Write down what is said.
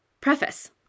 Preface